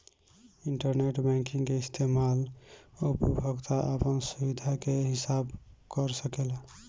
internet banking के इस्तमाल उपभोक्ता आपन सुबिधा के हिसाब कर सकेला